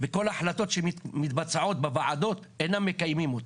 וכל החלטות שמתבצעות בוועדות, אינם מקיימים אותם.